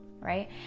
right